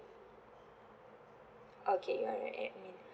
okay right right